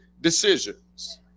decisions